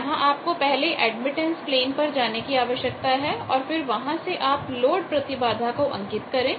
यहां आपको पहले एडमिटेंस प्लेन पर जाने की आवश्यकता है और फिर वहां से आप लोड प्रतिबाधा को अंकित करें